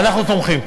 ואנחנו תומכים.